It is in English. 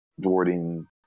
Jordan